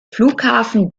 flughafen